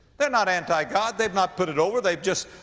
they're not anti-god. they've not put it over they've just,